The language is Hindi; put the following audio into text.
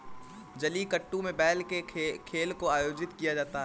जलीकट्टू में बैल के खेल को आयोजित किया जाता है